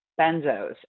benzos